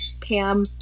Pam